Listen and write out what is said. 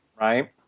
right